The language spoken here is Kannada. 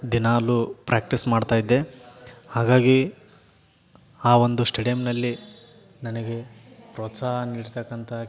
ದಿನಾಲೂ ಪ್ರ್ಯಾಕ್ಟೀಸ್ ಮಾಡ್ತಾಯಿದ್ದೆ ಹಾಗಾಗಿ ಆ ಒಂದು ಸ್ಟೇಡಿಯಮ್ನಲ್ಲಿ ನನಗೆ ಪ್ರೋತ್ಸಾಹ ನೀಡತಕ್ಕಂಥ